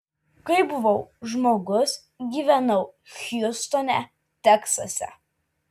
kai buvau žmogus gyvenau hjustone teksase